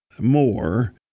more